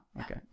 okay